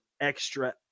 extra